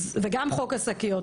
וגם חוק השקיות.